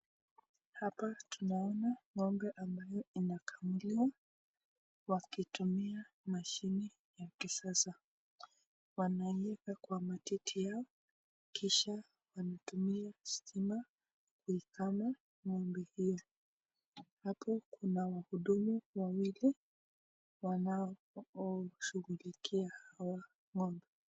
Hapa tunaona ng'ombe ambayo inakamuliwa wakitumia mashine ya kisasa wanaweka kwa matiti yao kisha wanatumia stima kuikama ng'ombe hiyo. Hapo kuna wahudumu wawili wanao shughulikia hawa ng'ombe.